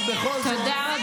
אבל בכל זאת, מה אתה אומר?